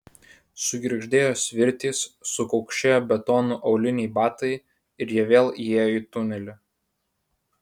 sugirgždėjo svirtys sukaukšėjo betonu auliniai batai ir jie vėl įėjo į tunelį